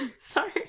sorry